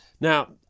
Now